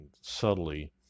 subtly